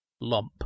lump